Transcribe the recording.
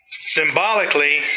Symbolically